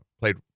played